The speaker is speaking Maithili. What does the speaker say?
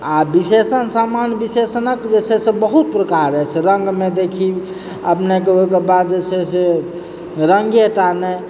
आ विशेषण सामान्य विशेषणक जे छै से बहुत प्रकार अछि रङ्गमे देखी अपनेके ओइके बाद जे छै से रङ्गेटा नइँ